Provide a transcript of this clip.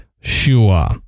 Sure